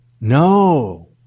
no